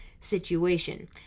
situation